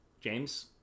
James